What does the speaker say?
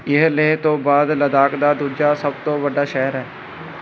ਇਹ ਲੇਹ ਤੋਂ ਬਾਅਦ ਲੱਦਾਖ ਦਾ ਦੂਜਾ ਸਭ ਤੋਂ ਵੱਡਾ ਸ਼ਹਿਰ ਹੈ